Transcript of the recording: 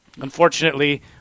Unfortunately